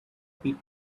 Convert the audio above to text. pit